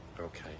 Okay